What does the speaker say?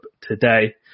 today